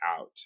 out